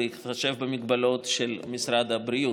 בהתחשב במגבלות של משרד הבריאות.